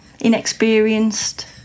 inexperienced